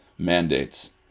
mandates